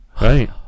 Right